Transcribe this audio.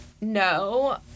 no